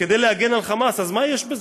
כדי להגן על "חמאס", אז מה יש בזה?